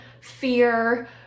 fear